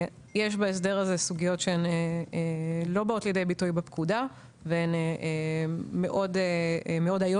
יש בהסדר הזה סוגיות שהן לא באות לידי ביטוי בפקודה והן מאוד איו"שיות.